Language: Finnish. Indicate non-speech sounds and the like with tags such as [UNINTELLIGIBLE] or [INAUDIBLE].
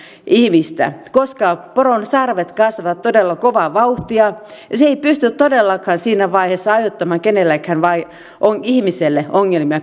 ihmistä koska poron sarvet kasvavat todella kovaa vauhtia ja se ei pysty todellakaan siinä vaiheessa aiheuttamaan kenellekään ihmiselle ongelmia [UNINTELLIGIBLE]